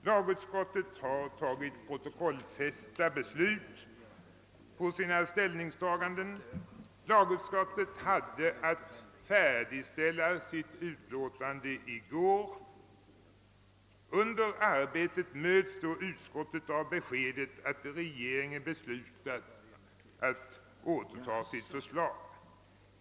Lagutskottet har fat tat protokollfästa beslut på sina ställningstaganden och utskottet hade att färdigställa sitt utlåtande i går. Under arbetet härmed möts utskottet av beskedet att regeringen beslutat att återta sitt förslag.